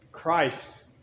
Christ